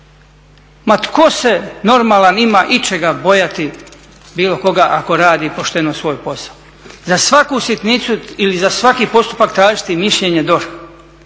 Ma tko se normalan ima ičega bojati, bilo koga ako radi pošteno svoj posao? Za svaku sitnicu ili za svaki postupak tražiti mišljenje DORH-a.